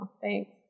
thanks